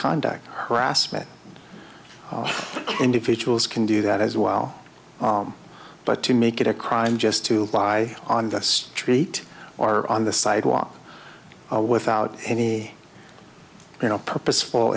conduct harassment individuals can do that as well but to make it a crime just to lie on the street or on the sidewalk without any you know purposeful